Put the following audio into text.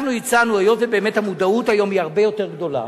הצענו, היות שהמודעות היום היא הרבה יותר גדולה,